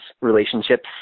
relationships